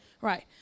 Right